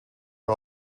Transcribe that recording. are